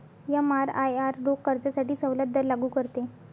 एमआरआयआर रोख कर्जासाठी सवलत दर लागू करते